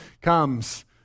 comes